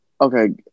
Okay